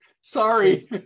Sorry